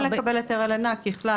הם יכולים לקבל היתר על לינה ככלל,